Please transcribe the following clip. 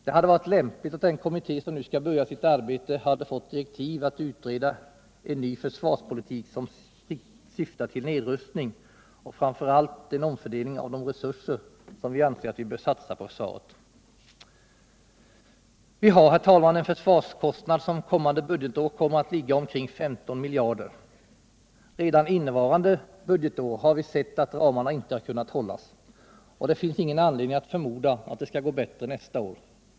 Det hade varit lämpligt att den kommitté som nu skall börja sitt arbete fått direktiv att utreda en ny försvarspolitik, som syftar till nedrustning och framför allt till en omfördelning av de resurser som vi anser att vi bör satsa på försvaret. Herr talman! Försvarskostnaderna för det kommande budgetåret kommer all ligga på omkring 15 miljarder. Redan innevarande budgetår har vi sett att ramarna inte har kunnat hållas. Det finns ingen anledning att förmoda att det skall gå bättre nästa år.